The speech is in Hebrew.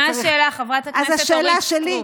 מה השאלה, חברת הכנסת אורית סטרוק?